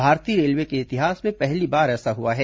भारतीय रेलवे के इतिहास में पहली बार ऐसा हुआ है